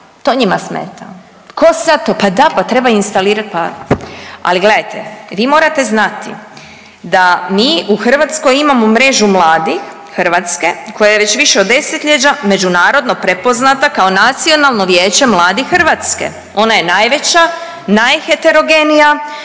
To njima smeta. Tko sad to, pa da, pa treba instalirati, pa, ali gledajte, vi morate znati da mi u Hrvatskoj imamo Mrežu mladih Hrvatske koja je već više od desetljeća međunarodno prepoznata kao nacionalno vijeće mladih Hrvatske. Ona je najveća, najheterogenija,